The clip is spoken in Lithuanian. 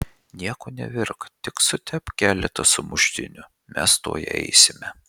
nieko nevirk tik sutepk keletą sumuštinių mes tuoj eisime